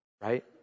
right